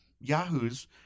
Yahoos